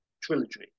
trilogy